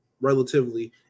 relatively